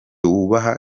wubaha